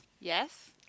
Yes